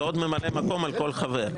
ועוד ממלא מקום על כל חבר.